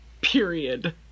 Period